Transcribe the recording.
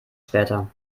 später